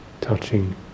touching